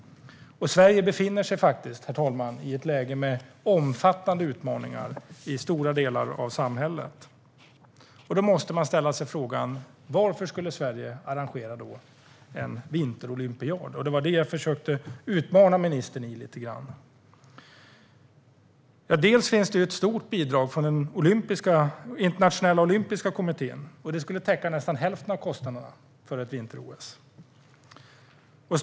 Sverige befinner sig, herr talman, i ett läge med omfattande utmaningar i stora delar av samhället. Då måste man ställa sig frågan: Varför skulle Sverige arrangera en vinterolympiad? Det var den frågan jag försökte att utmana ministern lite grann med. Det finns ett stort bidrag från den internationella olympiska kommittén, och det skulle täcka nästan hälften av kostnaderna för ett vinter-OS.